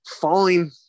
falling